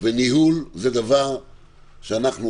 הוא דבר שאנחנו,